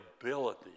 ability